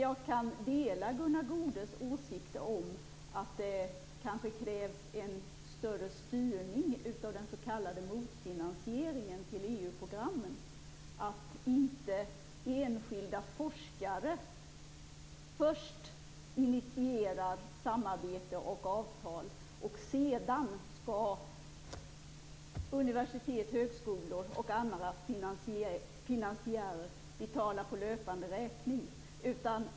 Jag kan dela Gunnar Goudes uppfattning att det kanske krävs en starkare styrning av den s.k. motfinansieringen till EU-programmen, så att inte enskilda forskare först initierar samarbete och avtal och universitet, högskolor och andra finansiärer sedan skall betala på löpande räkning.